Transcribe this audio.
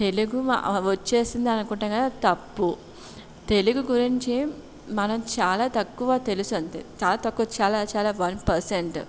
తెలుగు వచ్చేసింది అనుకుంటాం కానీ తప్పు తెలుగు గురించి మనకు చాలా తక్కువ తెలుసు అంతే చాలా తక్కువ చాలా చాలా వన్ పర్సెంట్